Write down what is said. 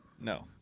No